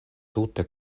tute